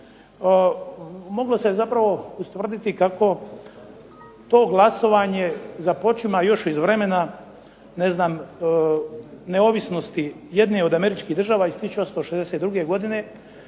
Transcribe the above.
moglo se zapravo ustvrditi kako to glasovanje započima još iz vremena neovisnosti jedne od Američkih država iz 1862. godine